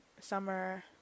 summer